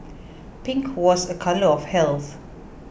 pink was a colour of health